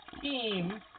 team